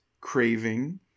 craving